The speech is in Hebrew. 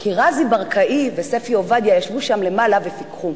כי רזי ברקאי וספי עובדיה ישבו שם למעלה ופיקחו.